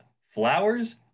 flowers